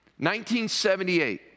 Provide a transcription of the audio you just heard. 1978